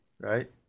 Right